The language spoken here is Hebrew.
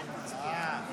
א לא נתקבלה.